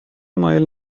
مایل